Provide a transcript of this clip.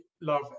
love